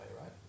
right